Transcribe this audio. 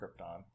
Krypton